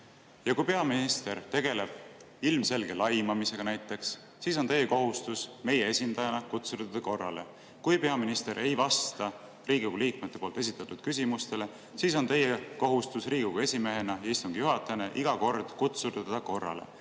Kui peaminister tegeleb ilmselge laimamisega näiteks, siis on teie kohustus meie esindajana kutsuda teda korrale. Kui peaminister ei vasta Riigikogu liikmete esitatud küsimustele, siis on teie kohustus Riigikogu esimehena, istungi juhatajana iga kord kutsuda teda korrale.